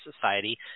society